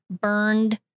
burned